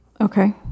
Okay